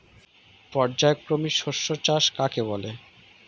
পর্যায়ক্রমিক শস্য চাষ কাকে বলে?